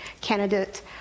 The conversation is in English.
candidate